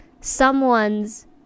someone's